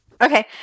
Okay